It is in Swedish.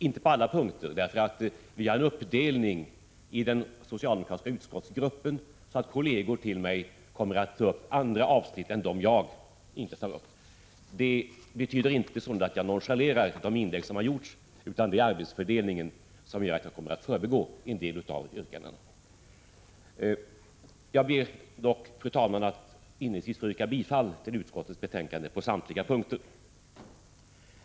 Jag tar inte upp kritiken på alla punkter, eftersom vi i den socialdemokratiska utskottsgruppen har gjort en uppdelning, så att kolleger till mig kommer att beröra de avsnitt som jag inte går in på. Detta betyder alltså inte att jag nonchalerar de inlägg som har gjorts, utan det är vår arbetsfördelning som gör att jag kommer att förbigå en del av yrkandena. Jag ber dock, fru talman, att inledningsvis få yrka bifall till utskottets hemställan på samtliga punkter.